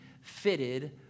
fitted